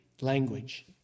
language